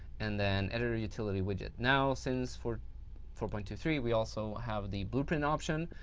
and then editor utility widget. now since four four point two three, we also have the blueprint option